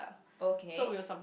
okay